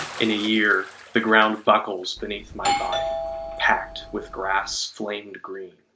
in a year the ground buckles beneath my body packed with grass flamed green.